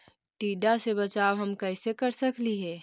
टीडा से बचाव हम कैसे कर सकली हे?